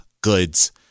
goods